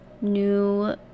new